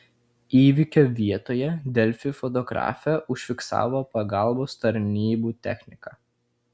įvykio vietoje delfi fotografė užfiksavo pagalbos tarnybų techniką